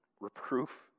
reproof